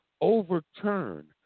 overturn